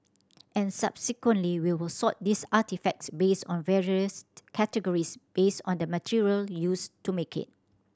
and subsequently we will sort these artefacts based on various categories based on the material used to make it